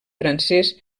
francès